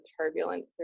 turbulence